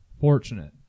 fortunate